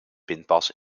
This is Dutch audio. pinpas